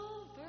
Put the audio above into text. over